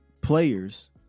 players